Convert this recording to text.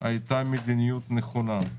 הייתה מדיניות נכונה.